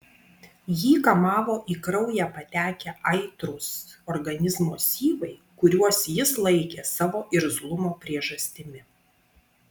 jį kamavo į kraują patekę aitrūs organizmo syvai kuriuos jis laikė savo irzlumo priežastimi